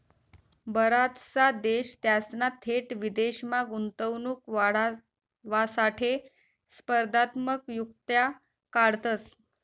बराचसा देश त्यासना थेट विदेशमा गुंतवणूक वाढावासाठे स्पर्धात्मक युक्त्या काढतंस